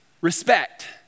respect